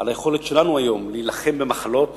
על היכולת שלנו היום להילחם במחלות